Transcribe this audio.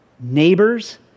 Neighbors